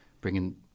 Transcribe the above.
bringing